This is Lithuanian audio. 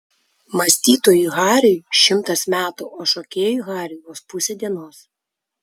mąstytojui hariui šimtas metų o šokėjui hariui vos pusė dienos